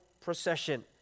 procession